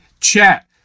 CHAT